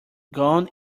gone